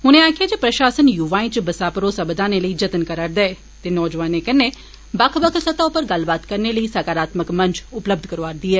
उनें आक्खेआ जे प्रशासन युवाएं च बसाह मरोसा बदाने लेई जतन करा'रदी ऐ ते नौजोआने कन्नै बक्ख बक्ख स्तह उप्पर गल्लबात करने लेई सकारात्मक मंच उपलब्ध करौआ'रदी ऐ